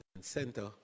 center